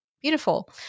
beautiful